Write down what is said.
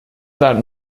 that